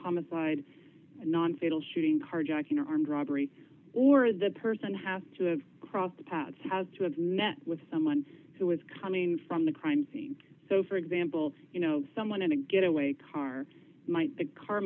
homicide non fatal shooting carjacking or armed robbery or the person have to cross the paths had to have met with someone who was coming from the crime scene so for example you know someone in a getaway car m